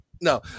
No